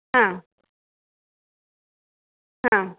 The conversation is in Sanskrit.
हा हा